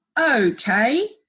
Okay